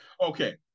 Okay